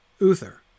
Uther